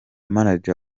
manager